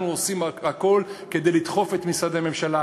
אנחנו עושים הכול כדי לדחוף את משרדי הממשלה.